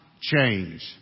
change